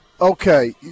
Okay